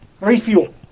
Refuel